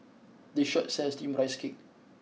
this shop sells Steamed Rice Cake